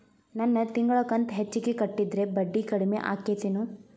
ನನ್ ತಿಂಗಳ ಕಂತ ಹೆಚ್ಚಿಗೆ ಕಟ್ಟಿದ್ರ ಬಡ್ಡಿ ಕಡಿಮಿ ಆಕ್ಕೆತೇನು?